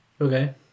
Okay